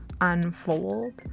unfold